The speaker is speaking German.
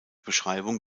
beschreibung